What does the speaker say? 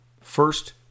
first